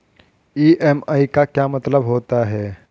EMI का क्या मतलब होता है?